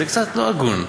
זה קצת לא הגון.